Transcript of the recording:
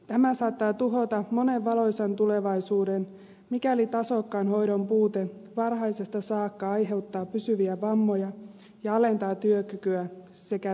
tämä saattaa tuhota monen valoisan tulevaisuuden mikäli tasokkaan hoidon puute varhaisesta saakka aiheuttaa pysyviä vammoja ja alentaa työkykyä sekä vie elämänilon